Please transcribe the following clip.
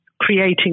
creating